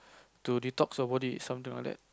to detox your body something like that